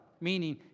meaning